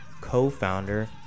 co-founder